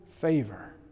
favor